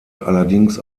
allerdings